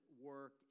work